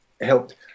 helped